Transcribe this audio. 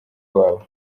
wabo